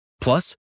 Plus